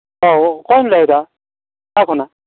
ᱚ ᱚᱠᱚᱭᱮᱢ ᱞᱟᱹᱭ ᱮᱫᱟ ᱚᱠᱟ ᱠᱷᱚᱱᱟᱜ